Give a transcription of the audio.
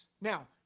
Now